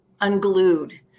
unglued